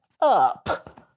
up